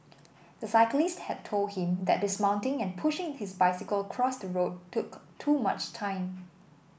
the cyclist had told him that dismounting and pushing his bicycle across the road took too much time